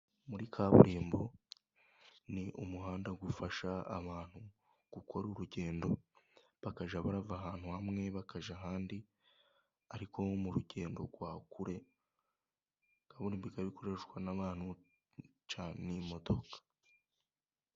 Muri kaburimbo ni umuhanda ufasha abantu gukora urugendo bakajya bava ahantu hamwe bakajya ahandi, ariko mu rugendo rwa kure kaburimbo ikoreshwa n'abantu cyangwa n'imodoka.